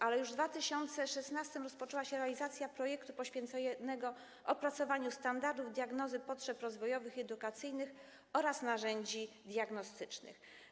Ale już w 2016 r. rozpoczęła się realizacja projektu poświęconego opracowaniu standardów diagnozy potrzeb rozwojowych i edukacyjnych oraz narzędzi diagnostycznych.